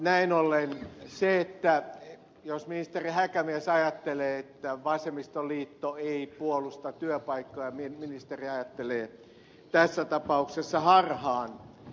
näin ollen jos ministeri häkämies ajattelee että vasemmistoliitto ei puolusta työpaikkoja ministeri ajattelee tässä tapauksessa harhaan